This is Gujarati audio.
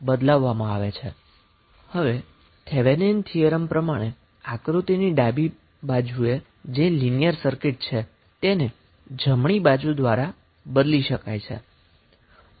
હવે થેવેનિન થીયરમ પ્રમાણે આકૃતિની ડાબી બાજુએ જે લિનીયર સર્કિટ છે તેને જમણી બાજુ દ્વારા બદલી શકાય છે